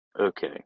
Okay